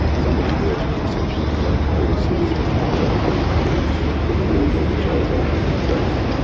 somebody there took exception to that. i received threatening telephone calls from a number which i was able to trace.